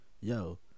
Yo